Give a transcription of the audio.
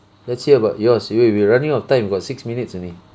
let's hear about yours wait we're running out of time got six minutes only